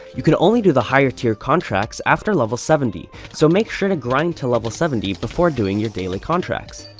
you can only do the higher tier contracts after level seventy, so make sure to grind to level seventy before doing your daily contracts.